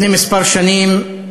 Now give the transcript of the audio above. לפני כמה שנים,